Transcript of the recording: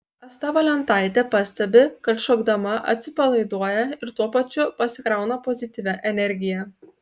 asta valentaitė pastebi kad šokdama atsipalaiduoja ir tuo pačiu pasikrauna pozityvia energija